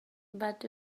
but